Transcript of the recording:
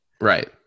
right